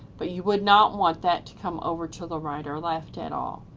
but you would not want that come over to the right or left at all.